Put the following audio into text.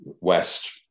West